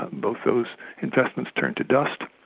both those investments turned to dust.